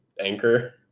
Anchor